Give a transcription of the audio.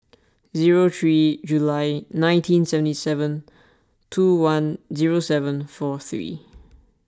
zero three July nineteen seventy seven two one zero seven four three